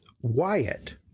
Wyatt